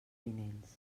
vinents